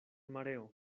mareo